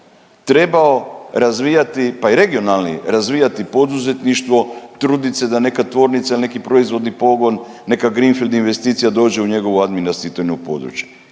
trebao razvijati, pa i regionalni, razvijati poduzetništvo, trudit se da neka tvornica ili neki proizvodni pogon, neka greenfied investicija dođe u njegovu administrativno područje.